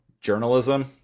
journalism